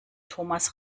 thomas